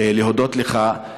להודות לך.